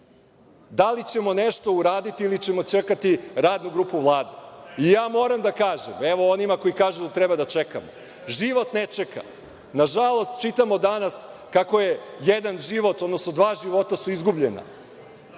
Da li ćemo nešto uraditi ili ćemo čekati radnu grupu Vlade? Moram da kažem, evo, onima koji kažu da treba da čekam, život ne čeka. Nažalost, čitamo danas kako je jedan život, odnosno dva života su izgubljena